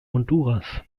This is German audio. honduras